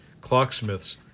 Clocksmiths